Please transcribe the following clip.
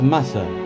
Massa